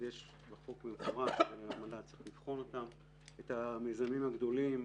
כתוב בחוק במפורש שהמל"ל צריך לבחון את המיזמים הגדולים.